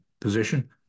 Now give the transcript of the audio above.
position